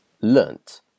learnt